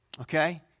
Okay